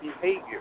behavior